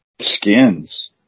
skins